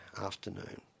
afternoon